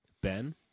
Ben